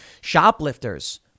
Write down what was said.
Shoplifters